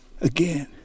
again